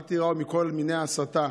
אל תיראו מכל מיני הסתה.